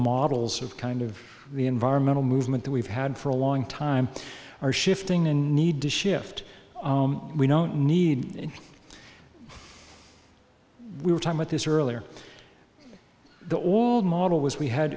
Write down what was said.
models of kind of the environmental movement that we've had for a long time are shifting and need to shift we don't need in we were time at this earlier the old model was we had